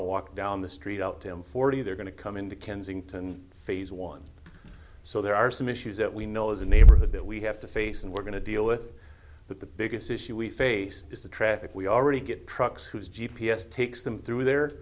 to walk down the street out to i'm forty they're going to come into kensington phase one so there are some issues that we know as a neighborhood that we have to say so and we're going to deal with that the biggest issue we face is the traffic we already get trucks whose g p s takes them through there